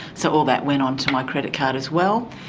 so all that went onto my credit card as well.